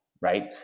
right